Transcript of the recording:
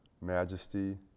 majesty